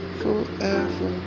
forever